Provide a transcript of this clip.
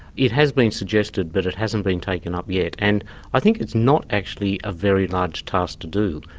it has been suggested, but it hasn't been taken up yet, and i think it's not actually a very large task to do.